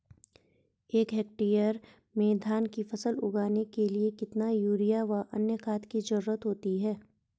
एक हेक्टेयर में धान की फसल उगाने के लिए कितना यूरिया व अन्य खाद की जरूरत होती है?